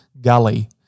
gully